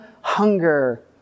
hunger